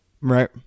Right